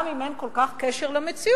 גם אם אין כל כך קשר למציאות,